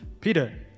Peter